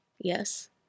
Yes